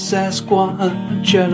Sasquatch